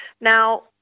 Now